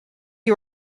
you